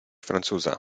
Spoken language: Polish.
francuza